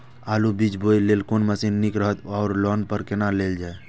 आलु बीज बोय लेल कोन मशीन निक रहैत ओर लोन पर केना लेल जाय?